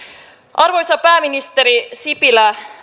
arvoisa pääministeri sipilä